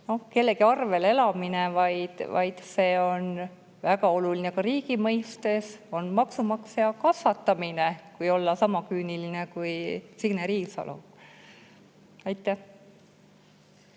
ole kellegi arvel elamine, vaid see on väga oluline ka riigi mõistes. See on maksumaksja kasvatamine, kui olla sama küüniline kui Signe Riisalo. Nii